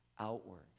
outward